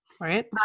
Right